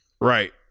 Right